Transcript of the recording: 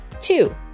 Two